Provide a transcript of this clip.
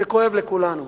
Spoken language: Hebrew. שכואב לכולנו.